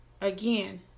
again